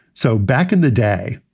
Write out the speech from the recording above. so back in the day,